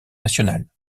national